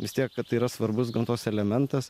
vis tiek kad tai yra svarbus gamtos elementas